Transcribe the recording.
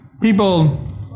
People